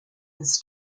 his